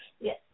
Yes